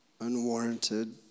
unwarranted